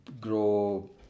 grow